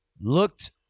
Looked